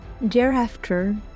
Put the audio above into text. Thereafter